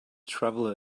traveller